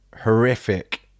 horrific